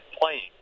playing